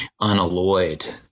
unalloyed